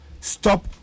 stop